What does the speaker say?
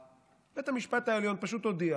בית המשפט העליון פשוט הודיע